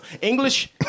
English